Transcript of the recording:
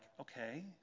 okay